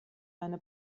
eine